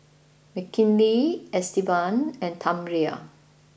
Mckinley Estevan and Tamera